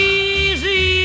easy